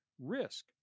risk